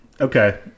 Okay